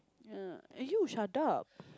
err eh you shut up